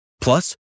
Plus